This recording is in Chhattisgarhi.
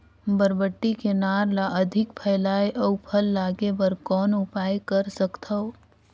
बरबट्टी के नार ल अधिक फैलाय अउ फल लागे बर कौन उपाय कर सकथव?